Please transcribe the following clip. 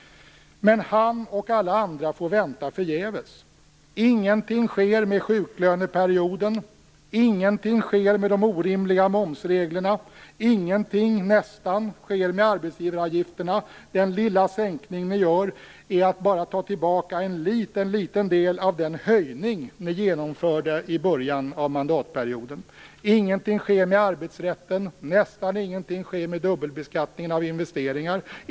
Men han och alla andra får vänta förgäves. Ingenting sker med sjuklöneperioden. Ingenting sker med de orimliga momsreglerna. Ingenting - nästan - sker med arbetsgivaravgifterna. Den lilla sänkning ni gör är bara att ta tillbaka en liten, liten del av den höjning ni genomförde i början av mandatperioden. Ingenting sker med arbetsrätten. Nästan ingenting sker med dubbelbeskattningen av investeringar.